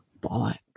bollocks